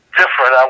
different